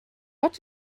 what